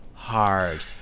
hard